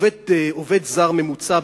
עובד זר ממוצע,